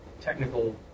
technical